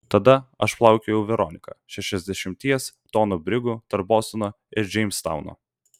tada aš plaukiojau veronika šešiasdešimties tonų brigu tarp bostono ir džeimstauno